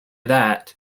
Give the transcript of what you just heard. that